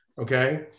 Okay